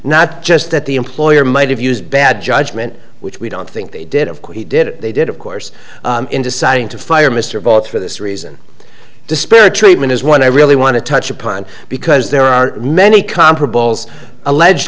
not just that the employer might have used bad judgment which we don't think they did of course he did it they did of course in deciding to fire mr both for this reason disparate treatment is one i really want to touch upon because there are many comparables alleged